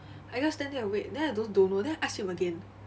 I just stand there and wait then I don't don't know then I ask him again